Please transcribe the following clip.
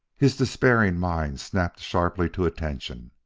his despairing mind snapped sharply to attention.